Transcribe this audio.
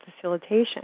facilitation